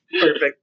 Perfect